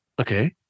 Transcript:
Okay